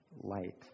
light